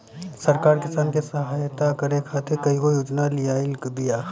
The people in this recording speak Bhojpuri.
सरकार किसान के सहयता करे खातिर कईगो योजना लियाइल बिया